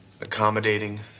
accommodating